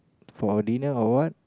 for a dinner or what